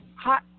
hot